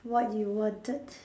what you wanted